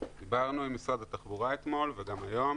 דיברנו עם משרד התחבורה אתמול וגם היום.